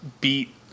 beat